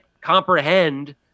comprehend